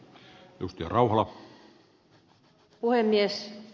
arvoisa puhemies